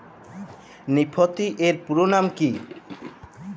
Nifty এর পুরোনাম কী?